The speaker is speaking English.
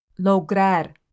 Lograr